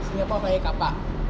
singapore ferry car park